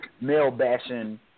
male-bashing